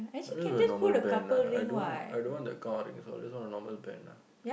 I just want a normal band lah I don't want I don't want the gold rings I just want a normal band lah